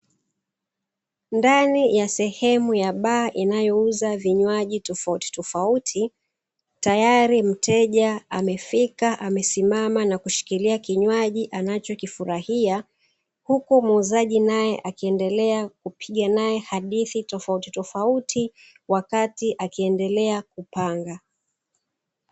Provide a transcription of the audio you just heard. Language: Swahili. Ndani ya sehemu ya baa inayouzwa vinywaji tofauti tofauti muuzaji akiendelea kupiga nae hadithi toafauti tofauti akiendelea kupanga